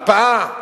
הקפאה.